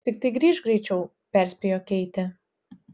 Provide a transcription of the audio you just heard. tiktai grįžk greičiau perspėjo keitė